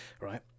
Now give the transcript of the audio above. right